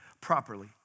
properly